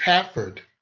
hafford?